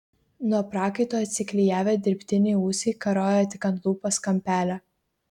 nuo prakaito atsiklijavę dirbtiniai ūsai karojo tik ant lūpos kampelio